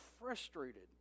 frustrated